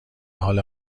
حال